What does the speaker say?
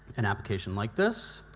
an application like this.